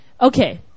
okay